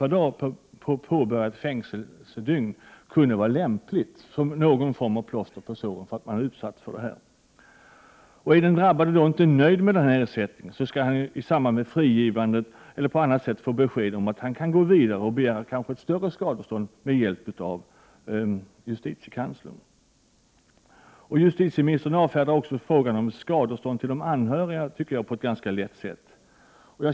per påbörjat fängelsedygn kunde vara lämpligt som någon form av plåster på såren. Om den drabbade inte är nöjd med ersättningen, skall han i samband med frigivandet eller på något annat sätt få besked om att han kan gå vidare och begära ett större skadestånd med hjälp av justitiekanslern. Justitieministern avvisar frågan om skadestånd till anhöriga på ett ganska lätt sätt.